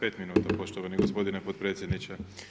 Pet minuta poštovani gospodine potpredsjedniče.